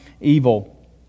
evil